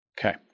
Okay